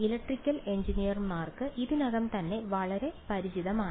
electrical എഞ്ചിനീയർമാർക്ക് ഇതിനകം തന്നെ വളരെ പരിചിതമാണ്